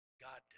God